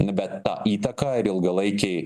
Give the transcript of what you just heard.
bet tą įtaką ir ilgalaikiai